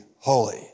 holy